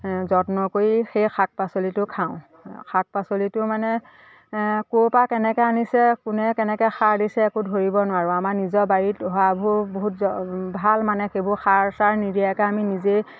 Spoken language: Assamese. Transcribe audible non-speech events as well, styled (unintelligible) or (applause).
যত্ন কৰি সেই শাক পাচলিটো খাওঁ শাক পাচলিটো মানে ক'ৰপৰা কেনেকৈ আনিছে কোনে কেনেকৈ সাৰ দিছে একো ধৰিব নোৱাৰোঁ আমাৰ নিজৰ বাৰীত হোৱাবোৰ বহুত (unintelligible) ভাল মানে সেইবোৰ সাৰ চাৰ নিদিয়াকৈ আমি নিজেই